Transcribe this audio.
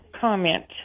comment